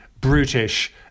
brutish